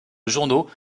journaux